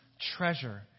treasure